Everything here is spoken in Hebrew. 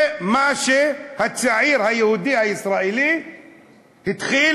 זה מה שהצעיר היהודי הישראלי התחיל